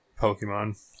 Pokemon